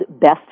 best